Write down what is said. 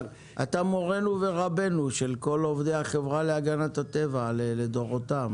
אתה מורם ורבם של כל עובדי החברה להגנת הטבע לדורותיהם,